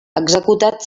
executat